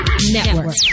Network